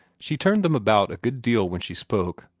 she turned them about a good deal when she spoke,